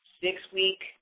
six-week